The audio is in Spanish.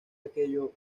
aquello